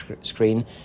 screen